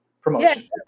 promotion